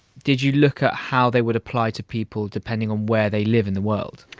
did you look at how they would apply to people depending on where they live in the world?